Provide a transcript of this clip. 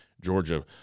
Georgia